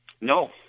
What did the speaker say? No